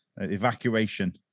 Evacuation